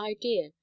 idea